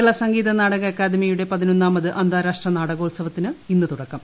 കേരള സംഗീത നാടക അക്കാദമിയുടെ പതിനൊന്നാമത് അന്താരാഷ്ട്ര നാടകോത്സവത്തിന് ഇന്ന് തുടക്കം